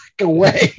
away